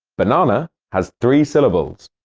banana has three syllables.